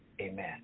Amen